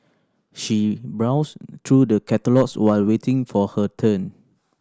she browsed through the catalogues while waiting for her turn